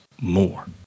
more